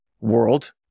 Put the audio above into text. world